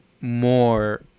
more